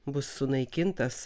bus sunaikintas